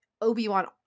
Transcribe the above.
Obi-Wan